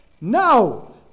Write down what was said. no